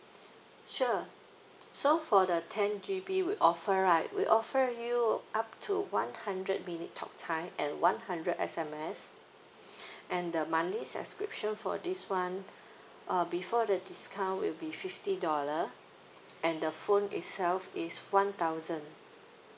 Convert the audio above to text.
sure so for the ten G_B we offer right we offer you up to one hundred minute talk time and one hundred S_M_S and the monthly subscription for this one uh before the discount will be fifty dollar and the phone itself is one thousand